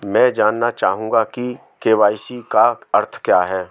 मैं जानना चाहूंगा कि के.वाई.सी का अर्थ क्या है?